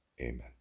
Amen